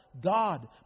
God